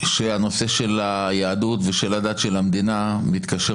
שהנושא של היהדות ושל הדת של המדינה מתקשר